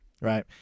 right